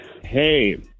Hey